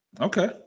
Okay